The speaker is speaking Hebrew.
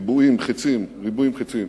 עם ריבועים, חצים, ריבועים, חצים,